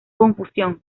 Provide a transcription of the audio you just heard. confusión